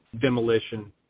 demolition